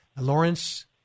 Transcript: Lawrence